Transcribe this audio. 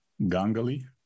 Gangali